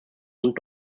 und